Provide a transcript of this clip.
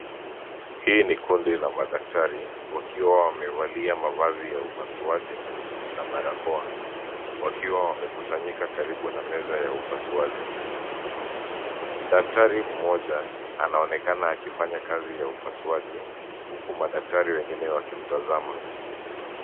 Hii ni kundi la madaktari wakiwa wamevalia mavazi ya upasuaji na barakoa wakiwa wamekusanyika karibu na meza ya upasuaji. Daktari mmoja anaonekana akifanya kazi ya upasuaji huku madaktari wengine wakimtazama.